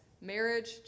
marriage